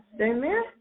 Amen